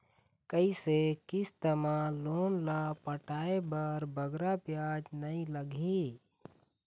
कइसे किस्त मा लोन ला पटाए बर बगरा ब्याज नहीं लगही?